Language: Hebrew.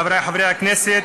חברי חברי הכנסת,